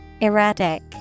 Erratic